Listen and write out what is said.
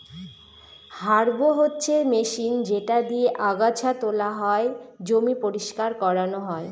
harrow হচ্ছে machine যেটা দিয়েক আগাছা তোলা হয়, জমি পরিষ্কার করানো হয়